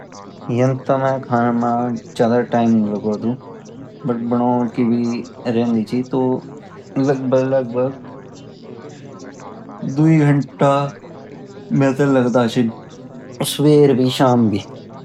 यन तो मैं खाना मां ज्यादा टाइम नई लगादु पर बनाओ के लिए रहेंदी ची तो लगभग लगभग द्वि घंटा मैं ते लगदा ची स्वेर भी शाम भी